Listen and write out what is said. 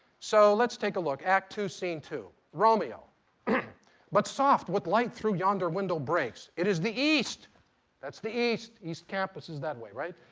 so let's take a look. act two, scene two. romeo but soft, what light through yonder window breaks? it is the east that's the east. east campus is that way, right?